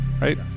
right